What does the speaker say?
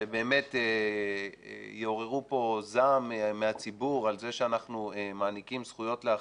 שבאמת יעוררו פה זעם מהציבור על זה שאנחנו מעניקים זכויות לאחרים,